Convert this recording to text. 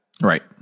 Right